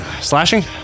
Slashing